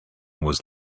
was